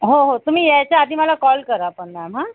हो हो तुम्ही यायच्या आधी मला कॉल करा पण मॅम हां